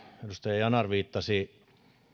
edustaja yanar viittasi